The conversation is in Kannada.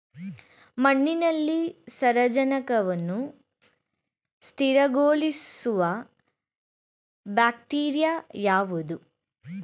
ಮಣ್ಣಿನಲ್ಲಿ ಸಾರಜನಕವನ್ನು ಸ್ಥಿರಗೊಳಿಸುವ ಬ್ಯಾಕ್ಟೀರಿಯಾ ಯಾವುದು?